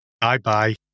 Bye-bye